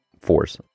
force